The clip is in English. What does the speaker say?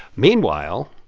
meanwhile,